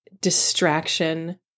distraction